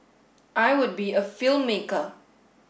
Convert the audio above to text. I would be a filmmaker